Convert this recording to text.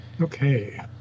Okay